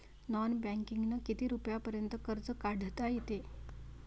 Non बँकिंगनं किती रुपयापर्यंत कर्ज काढता येते?